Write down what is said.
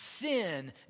sin